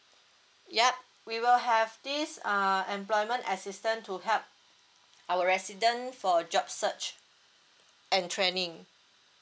ya we will have this uh employment assistance to help our resident for job search and training